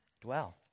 dwell